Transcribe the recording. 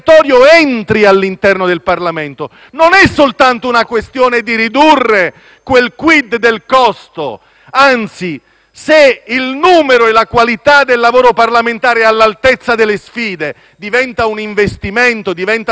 quel *quid* del costo; anzi, se la qualità del lavoro parlamentare è all'altezza delle sfide, il numero diventa un investimento, diventa la forza e la qualità dell'espressione della democrazia.